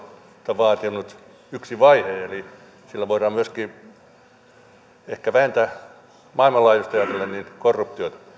vaatinut yksi vaihe eli sillä ehkä voidaan myöskin vähentää maailmanlaajuisesti ajatellen korruptiota